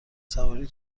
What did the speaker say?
سواری